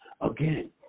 again